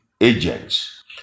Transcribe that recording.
agents